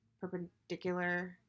perpendicular